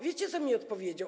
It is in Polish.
Wiecie, co mi odpowiedział?